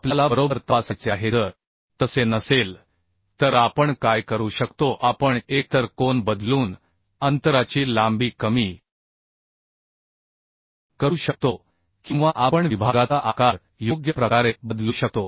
आपल्याला बरोबर तपासायचे आहे जर तसे नसेल तर आपण काय करू शकतो आपण एकतर कोन बदलून अंतराची लांबी कमी करू शकतो किंवा आपण विभागाचा आकार योग्य प्रकारे बदलू शकतो